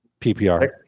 PPR